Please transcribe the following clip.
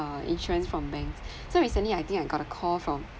insurance from banks so recently I think I got a call from